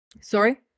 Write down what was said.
sorry